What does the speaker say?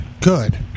Good